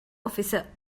އޮފިސަރ